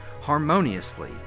harmoniously